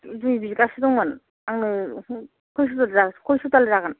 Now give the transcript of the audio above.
दुइ बिगासो दंमोन आंनो खयस' दाल खयस' दाल जागोन